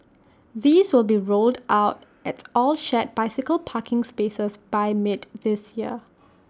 these will be rolled out at all shared bicycle parking spaces by mid this year